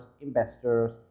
investors